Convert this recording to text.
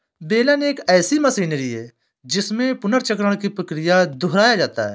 बेलन एक ऐसी मशीनरी है जिसमें पुनर्चक्रण की क्रिया को दोहराया जाता है